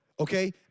Okay